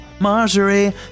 Marjorie